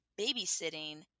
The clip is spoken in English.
babysitting